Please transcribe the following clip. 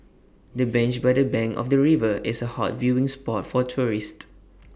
the bench by the bank of the river is A hot viewing spot for tourists